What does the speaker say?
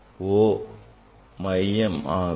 O மையம் ஆகும்